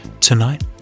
Tonight